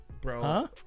Bro